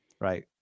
Right